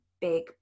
big